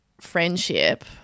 friendship